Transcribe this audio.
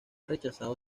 rechazado